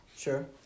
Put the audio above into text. Sure